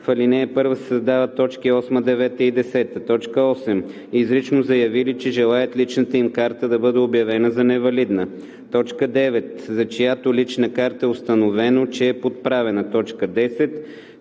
В ал. 1 се създават т. 8, 9 и 10: „8. изрично заявили, че желаят личната им карта да бъде обявена за невалидна; 9. за чиято лична карта е установено, че е подправена; 10.